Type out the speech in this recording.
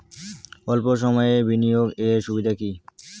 অল্প সময়ের বিনিয়োগ এর সুবিধা কি?